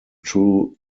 true